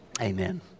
Amen